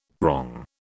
Wrong